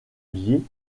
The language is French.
liée